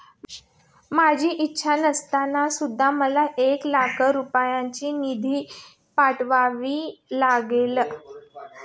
माझी इच्छा नसताना सुद्धा मला एक लाख रुपयांचा निधी पाठवावा लागला